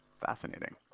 Fascinating